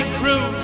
crew